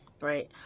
right